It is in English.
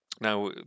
Now